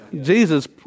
Jesus